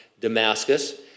Damascus